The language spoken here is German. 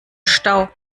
stau